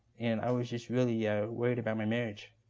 and i was just really yeah worried about my marriage.